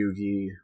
Yugi